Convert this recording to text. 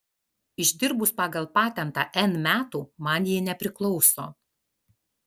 išdirbus pagal patentą n metų man ji nepriklauso